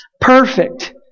perfect